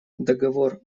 договор